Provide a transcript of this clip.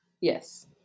yes